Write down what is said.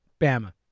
Bama